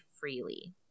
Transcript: freely